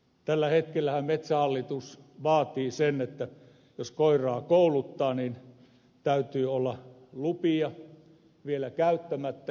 tällä hetkellähän metsähallitus vaatii sen että jos koiraa kouluttaa niin täytyy olla lupia vielä käyttämättä